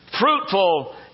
fruitful